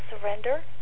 surrender